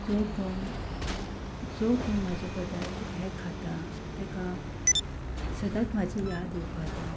जो कोण जो कोण म्हाजे पदार्थ हे खाता ताका सदांच म्हजी याद येवपा जाय